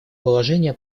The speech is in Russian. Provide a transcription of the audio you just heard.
положение